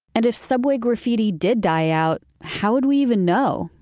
and if subway graffiti did die out, how would we even know?